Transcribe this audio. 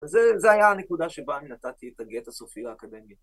וזו הייתה הנקודה שבה נתתי את הגט הסופי האקדמי.